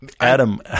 Adam